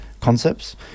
concepts